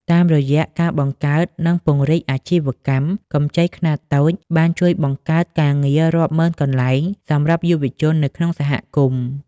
តាមរយៈការបង្កើត និងពង្រីកអាជីវកម្ម កម្ចីខ្នាតតូចបានជួយបង្កើតការងាររាប់ម៉ឺនកន្លែងសម្រាប់យុវជននៅក្នុងសហគមន៍។